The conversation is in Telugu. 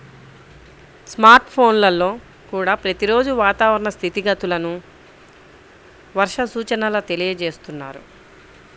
స్మార్ట్ ఫోన్లల్లో కూడా ప్రతి రోజూ వాతావరణ స్థితిగతులను, వర్ష సూచనల తెలియజేస్తున్నారు